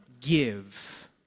give